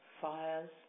Fires